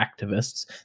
activists